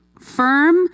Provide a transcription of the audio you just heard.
firm